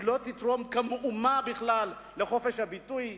זה לא יתרום מאומה בכלל לחופש הביטוי,